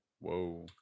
Whoa